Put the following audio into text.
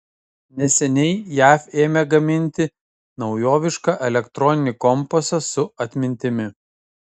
neseniai jav ėmė gaminti naujovišką elektroninį kompasą su atmintimi